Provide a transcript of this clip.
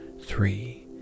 three